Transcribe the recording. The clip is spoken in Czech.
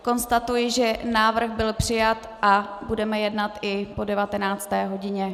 Konstatuji, že návrh byl přijat a budeme jednat i po 19. hodině.